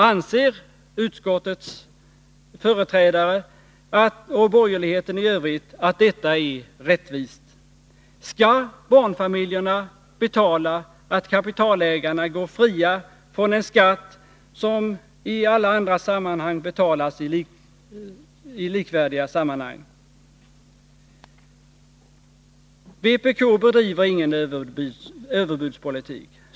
Anser utskottets företrädare och borgerligheten i övrigt att detta är rättvist? Skall barnfamiljerna drabbas av att kapitalägarna går fria från en skatt som betalas i alla likvärdiga sammanhang? Vpk bedriver ingen överbudspolitik.